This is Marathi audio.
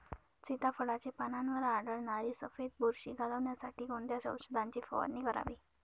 सीताफळाचे पानांवर आढळणारी सफेद बुरशी घालवण्यासाठी कोणत्या औषधांची फवारणी करावी?